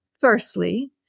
Firstly